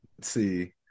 see